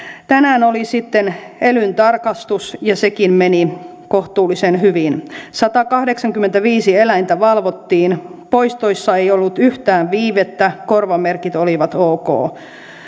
tänään oli sitten elyn tarkastus ja sekin meni kohtuullisen hyvin satakahdeksankymmentäviisi eläintä valvottiin poistoissa ei ollut yhtään viivettä korvamerkit olivat ok